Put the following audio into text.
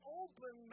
open